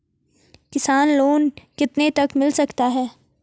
किसान लोंन कितने तक मिल सकता है?